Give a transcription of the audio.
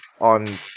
on